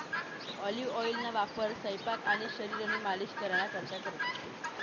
olive ऑइलना वापर सयपाक आणि शरीरनी मालिश कराना करता करतंस